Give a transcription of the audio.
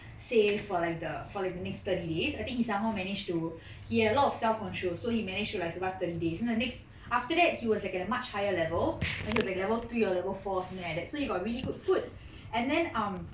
say for like the for like the thirty days I think he somehow managed to he had a lot of self control so he managed to survive thirty days then the next after that he was like at much higher level like he was at level three or level four or something like that so he got really good food and then um